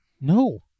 No